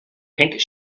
pink